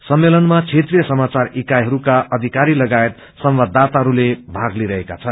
सम्मेलनमा क्षेत्रीय समाचार इकाइहरूका अयिकारी लागायत संवाददाताहरूले भाग लिइरहेका छन्